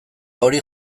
hori